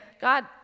God